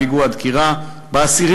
פיגוע דקירה וחטיפת נשק,